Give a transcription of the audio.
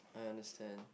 I understand